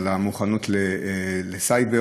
על המוכנות לסייבר.